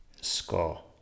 score